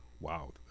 wow